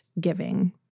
giving